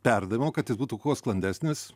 perdavimo kad jis būtų kuo sklandesnis